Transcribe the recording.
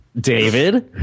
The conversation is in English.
David